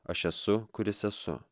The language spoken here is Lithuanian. aš esu kuris esu